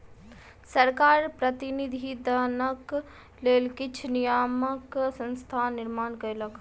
सरकार प्रतिनिधि धनक लेल किछ नियामक संस्थाक निर्माण कयलक